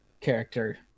character